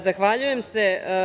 Zahvaljujem se.